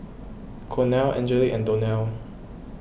Cornel Angelic and Donell